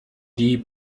die